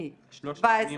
משלושת השנים הללו.